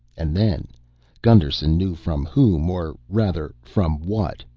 and then gusterson knew from whom, or rather from what,